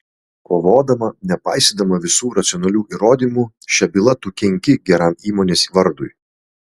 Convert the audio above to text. kovodama nepaisydama visų racionalių įrodymų šia byla tu kenki geram įmonės vardui